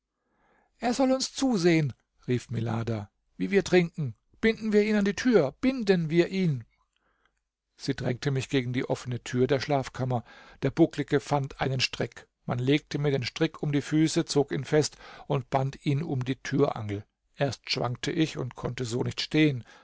er soll uns zusehen rief milada wie wir trinken binden wir ihn an die tür binden wir ihn sie drängte mich gegen die offene tür der schlafkammer der bucklige fand einen strick man legte mir den strick um die füße zog ihn fest und band ihn um die türangel erst schwankte ich und konnte so nicht stehen